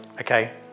Okay